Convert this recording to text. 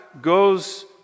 goes